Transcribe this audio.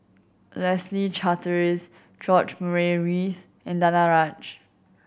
Leslie Charteris George Murray Reith and Danaraj